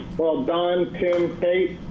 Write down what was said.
well done, tim, kate.